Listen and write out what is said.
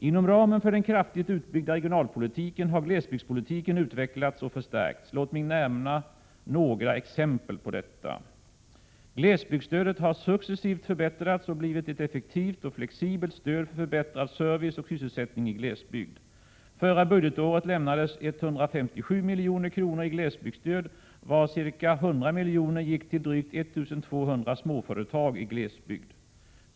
Inom ramen för den kraftigt utbyggda regionalpolitiken har glesbygdspolitiken utvecklats och förstärkts. Låt mig nämna några exempel på detta. Glesbygdsstödet har successivt förbättrats och blivit ett effektivt och flexibelt stöd för förbättrad service och sysselsättning i glesbygd. Förra budgetåret lämnades 157 milj.kr. i glesbygdsstöd, varav ca 100 milj.kr. gick till drygt 1 200 småföretag i glesbygd.